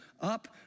up